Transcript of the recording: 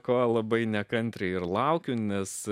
ko labai nekantriai laukiu nes